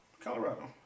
Colorado